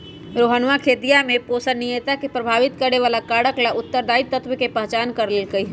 रोहनवा खेतीया में संपोषणीयता के प्रभावित करे वाला कारक ला उत्तरदायी तत्व के पहचान कर लेल कई है